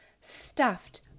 stuffed